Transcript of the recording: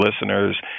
listeners